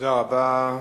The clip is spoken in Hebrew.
תודה רבה.